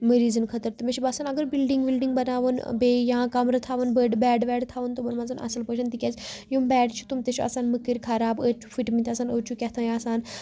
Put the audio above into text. مٔریزن خٲطرٕ تہِ مے چھُ باسان اگر بِلڑِنگ وِلڑِنگ بناون بٚییہِ یا کَمرٕ تھاون بٔڑ یا بیٚڑ ویٚڑ تھون تِمن مَنٛن اصل پٲٹھۍ تِکیازِ یِم بیٚڑ چھُ تِم تہِ چھِ آسان مٔکٕر خراب أڑۍ چھِ فٕٹمٕتۍ آسان أڑۍ چھُ کیٚتھانۍ آسان